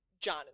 John